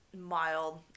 mild